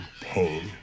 pain